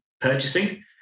purchasing